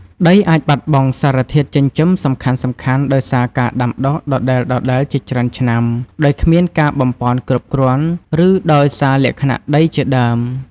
ដីអាចបាត់បង់សារធាតុចិញ្ចឹមសំខាន់ៗដោយសារការដាំដុះដដែលៗជាច្រើនឆ្នាំដោយគ្មានការបំប៉នគ្រប់គ្រាន់ ឬដោយសារលក្ខណៈដីដើម។